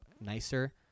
nicer